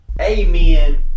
Amen